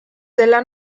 della